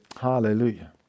Hallelujah